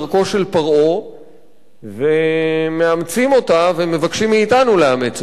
של פרעה ומאמצים אותה ומבקשים מאתנו לאמץ אותה.